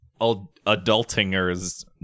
adultingers